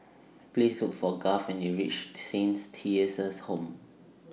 Please Look For Garth when YOU REACH Saint Theresa's Home